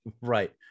Right